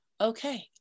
okay